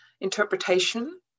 interpretation